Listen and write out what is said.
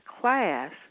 class